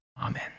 Amen